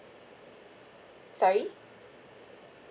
sorry